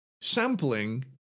Sampling